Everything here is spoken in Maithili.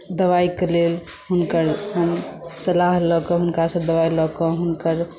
दवाइके लेल हुनकर हम सलाह लए कऽ हुनकासँ हम दवाइ लए कऽ हुनकर